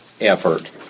effort